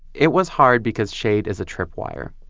it was hard because shade is a tripwire